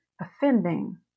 offending